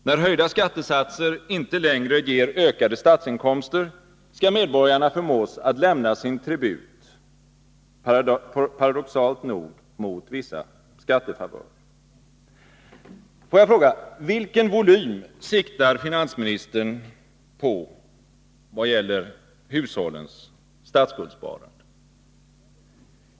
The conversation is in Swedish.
När höjda skattesatser inte längre ger ökade statsinkomster, skall medborgarna ändå förmås att lämna sin tribut — paradoxalt nog mot vissa skattefavörer. Vilken volym siktar finansministern på när det gäller hushållens statsskuldssparande?